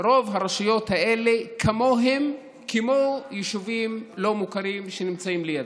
רוב הרשויות האלה כמוהן כמו היישובים הלא-מוכרים שנמצאים לידן.